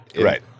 Right